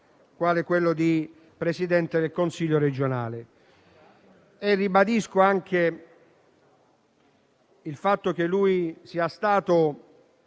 quale quello di Presidente del Consiglio regionale. Ribadisco anche il fatto che sia stato